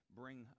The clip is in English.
bring